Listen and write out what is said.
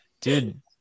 dude